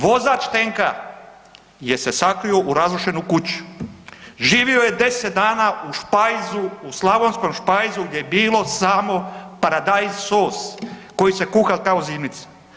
Vozač tenka se sakrio u razrušenu kuću, živio je deset dana u špajzu, u slavonskom špajzu gdje je bilo samo paradajz sos koji se kuha kao zimnica.